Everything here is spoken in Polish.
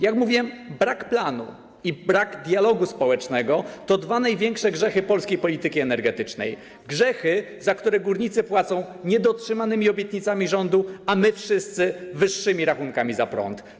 Jak mówiłem, brak planu i brak dialogu społecznego to dwa największe grzechy polskiej polityki energetycznej, grzechy, za które górnicy płacą niedotrzymanymi obietnicami rządu, a my wszyscy wyższymi rachunkami za prąd.